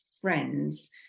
friends